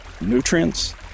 nutrients